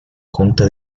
junta